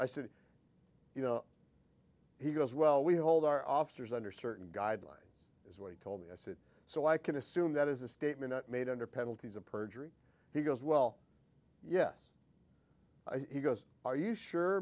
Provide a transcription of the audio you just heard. i said you know he goes well we hold our officers under certain guidelines is what he told me i said so i can assume that is a statement made under penalty of perjury he goes well yes he goes are you sure